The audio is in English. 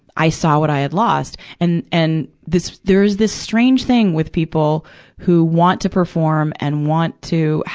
i saw what i had lost. and, and, this, there is this strange thing with people who want to perform and want to ha,